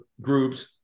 groups